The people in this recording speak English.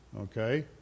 okay